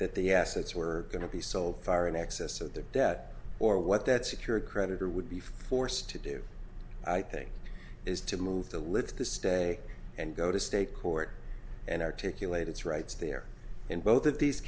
that the assets were going to be sold far in excess of their debt or what that secured creditor would be forced to do i think is to move to lift the stay and go to state court and articulate its rights there in both of these